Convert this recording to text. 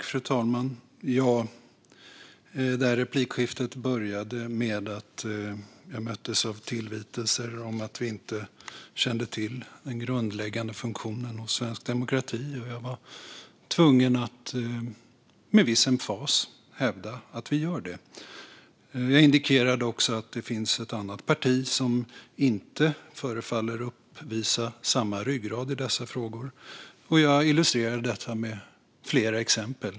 Fru talman! Replikskiftet började med att jag möttes av tillvitelser om att vi inte kände till den grundläggande funktionen i svensk demokrati, och jag var tvungen att med viss emfas hävda att vi gör det. Jag indikerade också att det finns ett annat parti som inte förefaller uppvisa samma ryggrad i dessa frågor, och jag illustrerade detta med flera exempel.